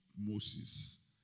Moses